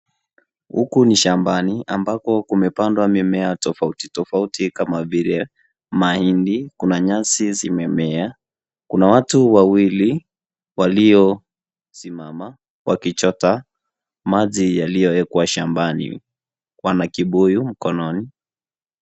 Huku ni shambani ambako kumepandwa mimea tofauti tofauti kama vile mahindi. Kuna nyasi zimemea, kuna watu wawili waliosimama wakichota maji yaliyowekwa shambani. Wana kibuyu mkononi.